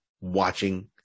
watching